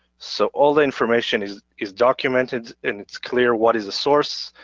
so all the information is is documented and it's clear what is the source.